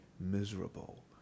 miserable